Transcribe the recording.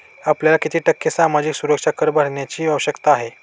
आपल्याला किती टक्के सामाजिक सुरक्षा कर भरण्याची आवश्यकता आहे?